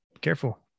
careful